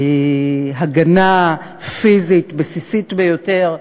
הגנה פיזית בסיסית ביותר,